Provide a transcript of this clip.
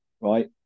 right